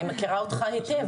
אני מכירה אותך היטב,